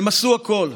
הם עשו הכול,